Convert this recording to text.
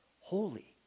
holy